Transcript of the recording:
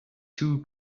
two